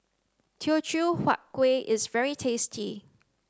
Teochew Huat Kuih is very tasty